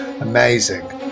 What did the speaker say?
amazing